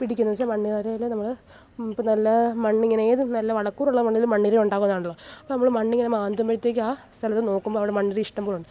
പിടിക്കുന്നത് വെച്ചാൽ മണ്ണിരയിൽ നമ്മൾ ഇപ്പോൾ നല്ല മണ്ണ് ഇങ്ങനെ ഏത് നല്ല വളക്കൂറുള്ള മണ്ണിലും മണ്ണിര ഉണ്ടാവുന്നതാണല്ലോ അപ്പോൾ നമ്മൾ മണ്ണ് ഇങ്ങനെ മാന്തുമ്പഴത്തേക്കും ആ സ്ഥലത്ത് നോക്കുമ്പോൾ അവിടെ മണ്ണിര ഇഷ്ടംപോലെ ഉണ്ട്